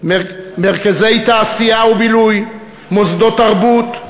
מרכזי תעשייה ובילוי, מוסדות תרבות.